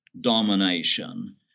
domination